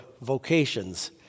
vocations